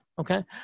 okay